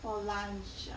for lunch